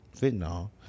fentanyl